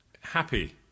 happy